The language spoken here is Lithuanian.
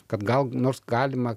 kad gal nors galima